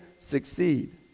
succeed